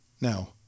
Now